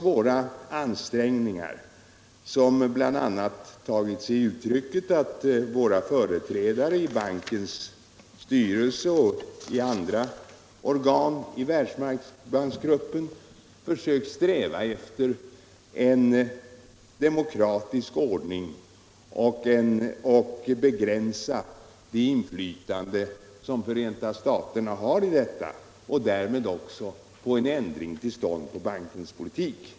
Våra ansträngningar har bl.a. tagit sig uttryck i att våra företrädare i bankens styrelse och andra organ i Världsbanksgruppen strävat efter en demokratisk ordning och försökt begränsa det inflytande som Förenta staterna har på bankens politik.